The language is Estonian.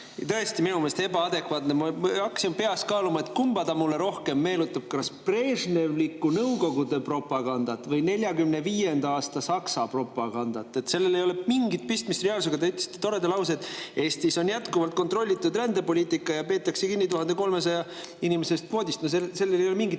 Tõesti, minu meelest ebaadekvaatne! Ma hakkaksin peas kaaluma, kumba ta mulle rohkem meenutab, kas brežnevlikku Nõukogude propagandat või 1945. aasta Saksa propagandat. Sellel ei olnud mingit pistmist reaalsusega. Te ütlesite toreda lause, et Eestis on jätkuvalt kontrollitud rändepoliitika ja peetakse kinni 1300 inimese kvoodist. Sellel ei ole mingit pistmist